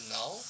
now